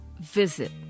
visit